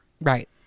Right